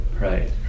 right